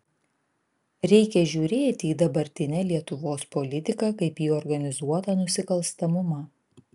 reikia žiūrėti į dabartinę lietuvos politiką kaip į organizuotą nusikalstamumą